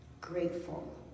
grateful